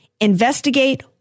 investigate